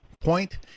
point